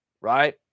right